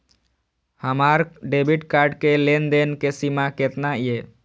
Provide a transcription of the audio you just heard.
हमार debit card के लेन देन के सीमा केतना ये?